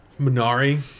Minari